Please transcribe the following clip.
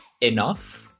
enough